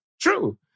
true